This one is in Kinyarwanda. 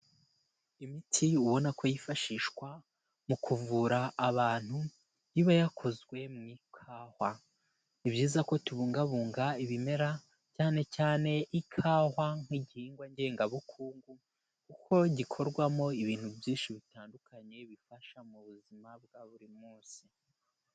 Imiti ubona ko yifashishwa mu kuvura abantu iba yakozwe mu ikahwa. Ni byiza ko tubungabunga ibimera cyane cyane ikahwa nk'igihingwa ngengabukungu kuko gikorwamo ibintu byinshi bitandukanye bifasha mu buzima bwa buri munsi.